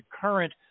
current